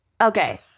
Okay